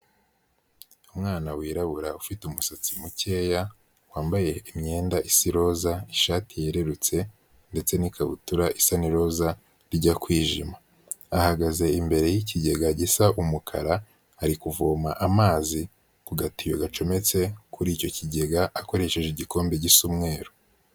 Umwana wirabura ufite umusatsi mukeya, wambaye imyenda isi roza, ishati yererutse ndetse n'ikabutura isa n'iroza rijya kwijima. Ahagaze imbere y'ikigega gisa umukara, ari kuvoma amazi ku gatiyo gacometse kuri icyo kigega akoresheje igikombe gisa umweru.